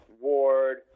Ward